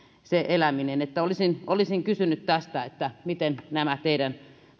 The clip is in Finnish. olisin olisin kysynyt tästä miten nämä teidän